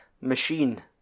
machine